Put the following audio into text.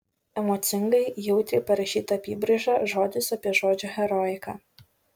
emocingai jautriai parašyta apybraiža žodis apie žodžio heroiką